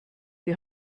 die